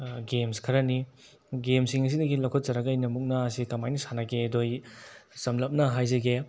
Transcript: games ꯈꯔꯅꯤ ꯒꯦꯝꯁꯤꯡ ꯑꯁꯤꯗꯒꯤ ꯂꯧꯈꯠꯆꯔꯒ ꯑꯩꯅ ꯃꯨꯛꯅꯥꯁꯤ ꯀꯃꯥꯏꯅ ꯁꯥꯟꯅꯒꯦꯗꯨ ꯑꯩ ꯁꯝꯂꯞꯅ ꯍꯥꯏꯖꯒꯦ